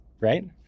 right